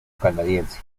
canadiense